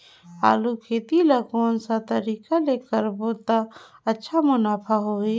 आलू खेती ला कोन सा तरीका ले करबो त अच्छा मुनाफा होही?